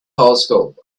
telescope